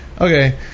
okay